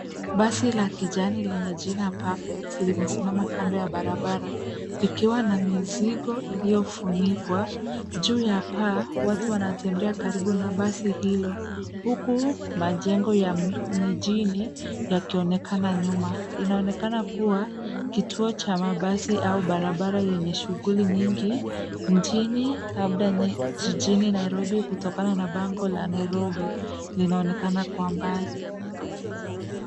Basi la kijani lenye jina Perfect limesimama kando ya barabara likiwa na mizigo iliyofunikwa. Juu ya paa watu wanatembea karibu na basi hilo huku majengo ya mijini yakionekana nyuma. Inaonekana kuwa kituo cha mabasi au barabara yenye shughuli nyingi mjini labda jijini Nairobi kutokana na bango la Nairobi linaonekana kwa mbali.